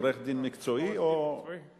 עורך-דין מקצועי או, עורך-דין מקצועי.